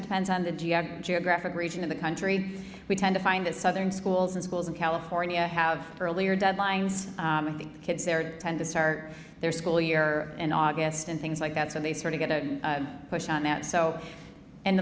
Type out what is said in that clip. it depends on the g i joe graphic region of the country we tend to find that southern schools and schools in california have earlier deadlines the kids there tend to start their school year in august and things like that so they sort of get a push on that so and